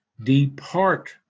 Depart